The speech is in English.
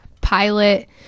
pilot